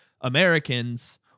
Americans